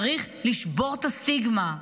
צריך לשבור את הסטיגמה.